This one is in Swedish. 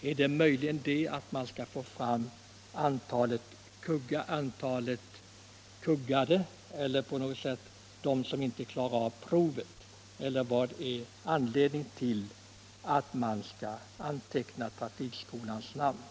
Är det för att få fram antalet personer som blivit kuggade eller på något sätt inte klarat av provet? Eller vad är anledningen till att man skall anteckna trafikskolans namn?